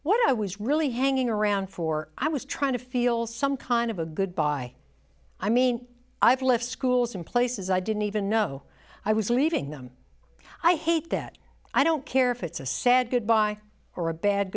what i was really hanging around for i was trying to feel some kind of a goodbye i mean i've left schools in places i didn't even know i was leaving them i hate that i don't care if it's a sad goodbye or a bad